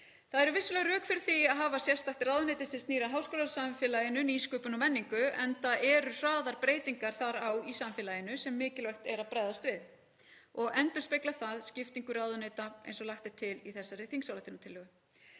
Það eru vissulega rök fyrir því að hafa sérstakt ráðuneyti sem snýr að háskólasamfélaginu, nýsköpun og menningu, enda eru hraðar breytingar þar í samfélaginu sem mikilvægt er að bregðast við og endurspeglar það skiptingu ráðuneyta eins og lagt er til í þessari þingsályktunartillögu.